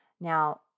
Now